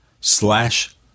slash